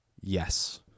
Yes